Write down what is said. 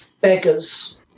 beggars